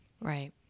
Right